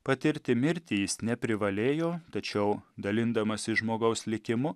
patirti mirtį jis neprivalėjo tačiau dalindamasi žmogaus likimu